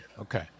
okay